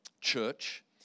church